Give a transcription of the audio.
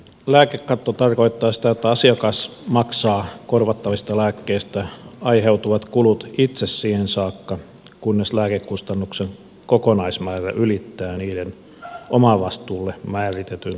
lääkekatto tarkoittaa sitä että asiakas maksaa korvattavista lääkkeistä aiheutuvat kulut itse siihen saakka kunnes lääkekustannuksen kokonaismäärä ylittää niiden omavastuulle määritetyn kalenterivuotuisen rajan